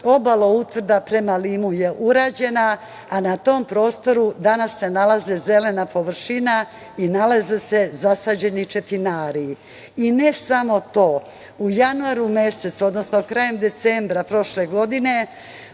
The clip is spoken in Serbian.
obala utvrda prema Limu je urađena, a na tom prostoru danas se nalazi zelena površina i nalaze se zasađeni četinari. Ne samo to, u januaru mesecu, odnosno krajem decembra prošle godine